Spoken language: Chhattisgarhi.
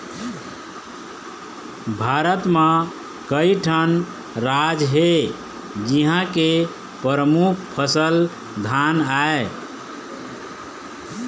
भारत म कइठन राज हे जिंहा के परमुख फसल धान आय